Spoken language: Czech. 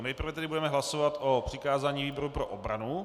Nejprve tedy budeme hlasovat o přikázání výboru pro obranu.